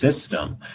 system